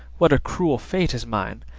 what a cruel fate is mine!